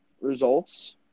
results